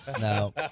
no